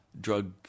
drug